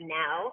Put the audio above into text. now